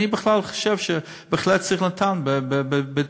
אני בכלל חושב שבהחלט צריך נט"ן בביתר-עילית,